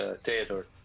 Theodore